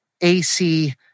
AC